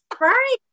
Right